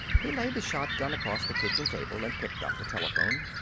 he laid the shotgun across the kitchen table and picked up the telephone.